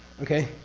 okay?